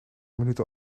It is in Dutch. minuten